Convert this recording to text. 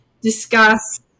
discuss